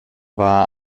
war